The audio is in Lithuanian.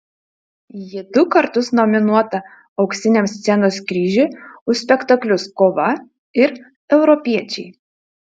ji du kartus nominuota auksiniam scenos kryžiui už spektaklius kova ir europiečiai